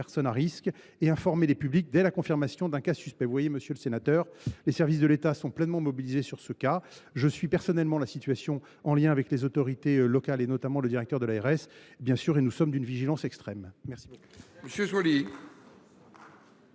personnes à risque et d’informer le public dès la confirmation d’un cas suspect. Vous le voyez, monsieur le sénateur, les services de l’État sont pleinement mobilisés sur ce cas. Je suis personnellement la situation, en lien avec les autorités locales, notamment le directeur de l’ARS ; nous restons bien entendu d’une vigilance extrême. La parole